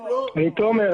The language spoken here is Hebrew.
אם לא --- אני תומר,